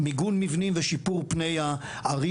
מיגון מבנים ושיפור פני הערים.